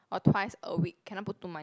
or twice a week cannot put too much